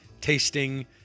Tasting